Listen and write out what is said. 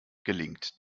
gelingt